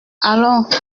allons